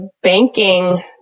banking